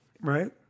right